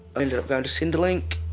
i ended up going to centrelink